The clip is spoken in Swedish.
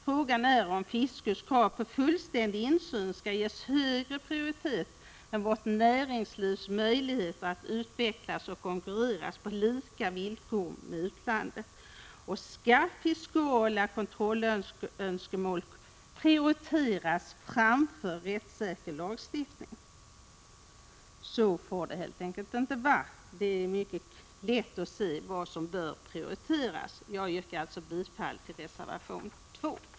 Frågan är om fiscus krav på fullständig insyn skall ges högre prioritet än vårt ngslivs möjligheter att utvecklas och konkurrera med utlandet på lika villkor. Skall fiskala kontrollönskemål prioriteras framför rättssäker lagstiftning? Så får det inte vara. Det är mycket lätt att se vad som bör prioriteras. Jag yrkar bifall till reservation 2.